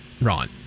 Ron